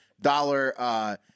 dollar